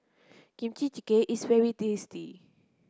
Kimchi Jjigae is very tasty